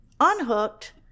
unhooked